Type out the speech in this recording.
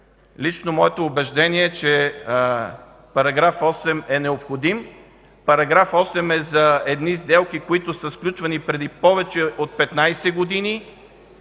лично моето убеждение е, че § 8 е необходим. Параграф 8 е за едни сделки, които са сключвани преди повече от 15 години.